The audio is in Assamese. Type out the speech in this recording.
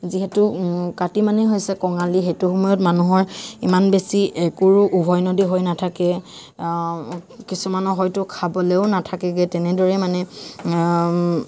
যিহেতু কাতি মানেই হৈছে কঙালী সেইটো সময়ত মানুহৰ ইমান বেছি একো উভৈনদী হৈ নাথাকে কিছুমানৰ হয়তো খাবলৈও নাথাকেগৈ তেনেদৰে মানে